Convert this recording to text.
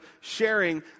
sharing